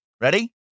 Ready